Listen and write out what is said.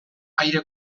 aire